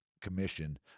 commission